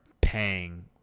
paying